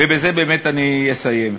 ובזה באמת אני אסיים.